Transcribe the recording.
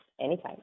anytime